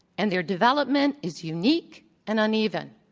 and their development is unique and uneven.